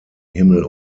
himmel